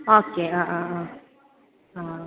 ഒക്കെ ആ ആ ആ